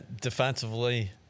Defensively